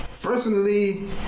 personally